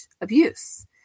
abuse